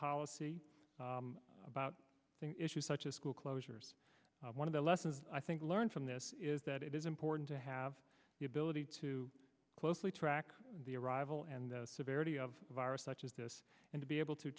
policy about issues such as school closures one of the lessons i think learned from this is that it is important to have the ability to closely track the arrival and the severity of the virus such as this and to be able